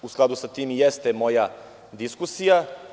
U skladu sa tim jeste moja diskusija.